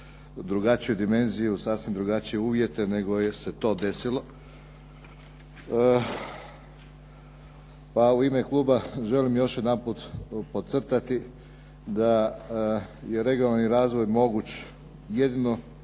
drugačiju dimenziju, sasvim drugačije uvjete nego je se to desilo. Pa u ime kluba želim još jedanput podcrtati da je regionalni razvoj moguć jedino